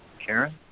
Karen